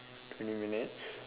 twenty minutes